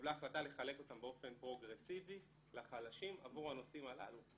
התקבלה החלטה לחלק אותם באופן פרוגרסיבי לחלשים עבור הנושאים הללו.